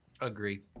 Agree